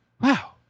Wow